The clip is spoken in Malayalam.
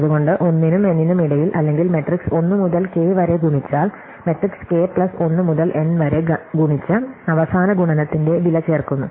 അതുകൊണ്ട് 1 നും n നും ഇടയിൽ അല്ലെങ്കിൽ മെട്രിക്സ് 1 മുതൽ k വരെ ഗുണിച്ചാൽ മാട്രിക്സ് k പ്ലസ് 1 മുതൽ n വരെ ഗുണിച്ച് അവസാന ഗുണനത്തിന്റെ വില ചേർക്കുന്നു